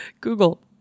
Google